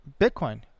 Bitcoin